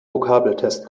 vokabeltest